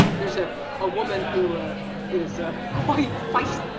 there's a ah woman who is ah quite feisty,